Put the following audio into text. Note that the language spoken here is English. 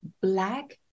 black